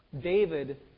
David